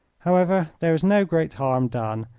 however, there is no great harm done,